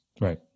Right